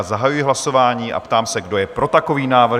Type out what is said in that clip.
Zahajuji hlasování a ptám se, kdo je pro takový návrh?